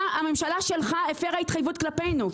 הממשלה שלך הפרה התחייבות כלפינו,